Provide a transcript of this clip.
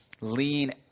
Lean